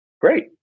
great